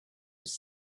was